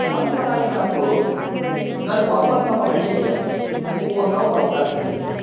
ಒಂದ್ಸಲ ಏನಾಯ್ತು ನನಗೆ ವಾಪಸ್ಸು ನಮ್ಮ ಹಳ್ಳಿಗೆ ಹೋಗುವಂಥ ಒಂದು ಅವಕಾಶ ಸಿಕ್ತು